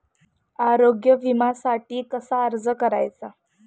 आरोग्य विम्यासाठी कसा अर्ज करायचा?